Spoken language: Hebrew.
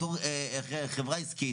בתור חברה עסקית,